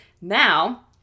Now